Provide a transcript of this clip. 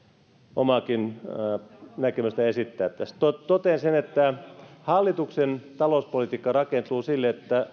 omaakin näkemystänne esittää tässä totean sen että hallituksen talouspolitiikka rakentuu sille että